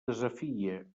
desafia